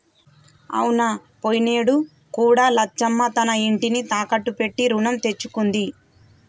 అవునా పోయినేడు కూడా లచ్చమ్మ తన ఇంటిని తాకట్టు పెట్టి రుణం తెచ్చుకుంది